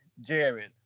Jared